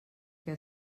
què